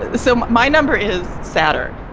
so my number is satur.